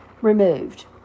removed